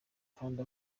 kandi